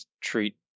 treat